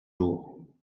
jours